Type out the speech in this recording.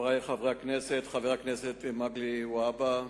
חברי חברי הכנסת, חבר הכנסת מגלי והבה,